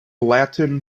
latin